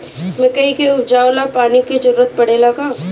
मकई के उपजाव ला पानी के जरूरत परेला का?